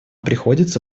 приходится